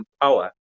power